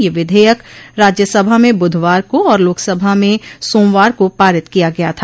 यह विधेयक राज्यसभा में बुधवार को और लोकसभा में सोमवार को पारित किया गया था